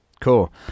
Cool